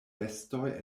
bestoj